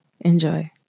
enjoy